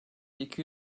iki